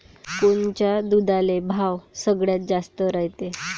कोनच्या दुधाले भाव सगळ्यात जास्त रायते?